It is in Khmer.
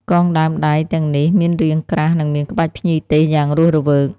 កងដើមដៃទាំងនេះមានរាងក្រាស់ និងមានក្បាច់ភ្ញីទេសយ៉ាងរស់រវើក។